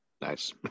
Nice